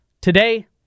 Today